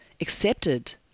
accepted